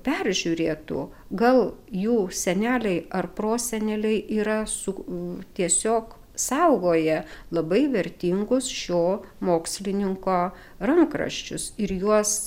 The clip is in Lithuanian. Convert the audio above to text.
peržiūrėtų gal jų seneliai ar proseneliai yra su tiesiog saugoję labai vertingus šio mokslininko rankraščius ir juos